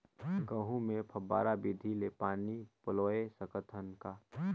गहूं मे फव्वारा विधि ले पानी पलोय सकत हन का?